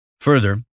Further